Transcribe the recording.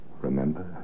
Remember